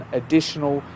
additional